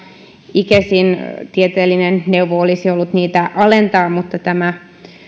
icesin tieteellinen neuvo olisi ollut niitä alentaa mutta tämä